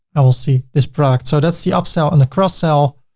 i will see this product. so that's the upsell and the cross sell.